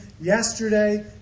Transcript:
yesterday